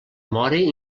mori